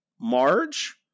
Marge